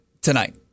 tonight